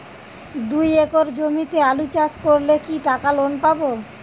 দুই একর জমিতে আলু চাষ করলে কি টাকা লোন পাবো?